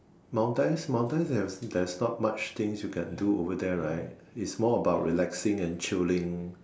Maldives Maldives there's not much thing you can do over there right is more about relaxing and chilling